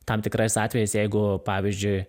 tam tikrais atvejais jeigu pavyzdžiui